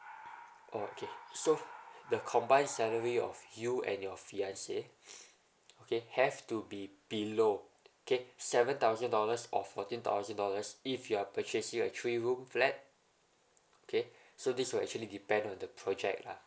okay so the combined salary of you and your fiancée okay have to be below okay seven thousand dollars or fourteen thousand dollars if you're purchasing a three room flat okay so this will actually depend on the project lah